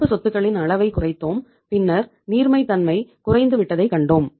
நடப்பு சொத்துகளின் அளவைக் குறைத்தோம் பின்னர் நீர்மைத்தன்மை குறைந்துவிட்டதைக் கண்டோம்